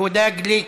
יהודה גליק,